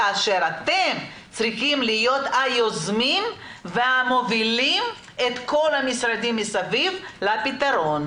כאשר אתם צריכים להיות היוזמים והמובילים את כל המשרדים מסביב לפתרון.